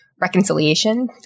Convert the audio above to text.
reconciliation